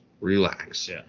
Relax